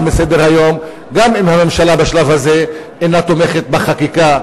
מסדר-היום גם אם הממשלה בשלב הזה אינה תומכת בחקיקה.